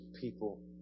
people